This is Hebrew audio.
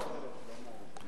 איחוד משפחות.